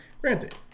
Granted